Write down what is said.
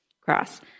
cross